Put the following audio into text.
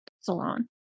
salon